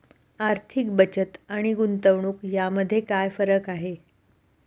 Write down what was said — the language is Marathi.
आर्थिक बचत आणि गुंतवणूक यामध्ये काय फरक आहे?